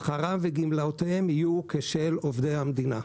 "שכרם וגמלאותיהם יהיו כשל עובדי המדינה".